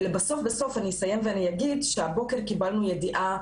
ובסוף אני אסיים ואגיד שהבוקר קיבלנו ידיעה,